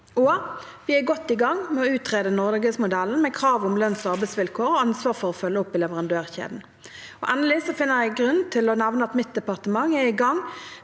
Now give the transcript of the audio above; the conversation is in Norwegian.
Vi er godt i gang med å utrede Norgesmodellen, med krav om lønns- og arbeidsvilkår og ansvar for å følge opp i leverandørkjeden. Endelig finner jeg grunn til å nevne at mitt departement er i gang